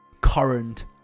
current